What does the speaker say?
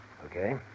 Okay